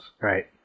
right